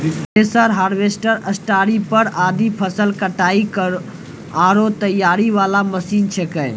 thresher, harvester, स्टारीपर आदि फसल कटाई आरो तैयारी वाला मशीन छेकै